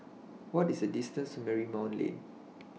What IS The distance to Marymount Lane